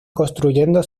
construyendo